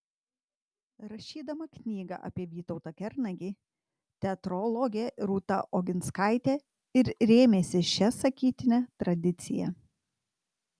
rašydama knygą apie vytautą kernagį teatrologė rūta oginskaitė ir rėmėsi šia sakytine tradicija